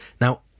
Now